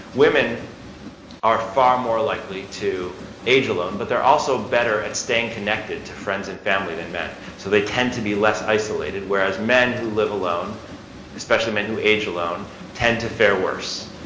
women are far more likely to age alone, but they're also better at staying connected to friends and family than men, so they tend to be less isolated. whereas men who live alone especially men who age alone tend to fare worse.